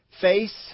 face